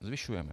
Zvyšujeme.